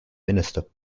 minister